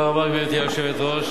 גברתי היושבת-ראש,